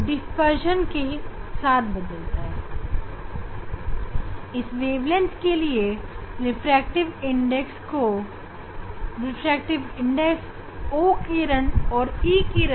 calcite crystal के अंदर इस वेवलेंथ के लिए O किरण और E किरण का रिफ्रैक्टिव इंडेक्स 16584 और 14864 है